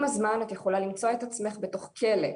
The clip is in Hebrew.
עם הזמן את יכולה למצוא את עצמך בתוך כלא,